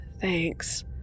thanks